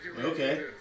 Okay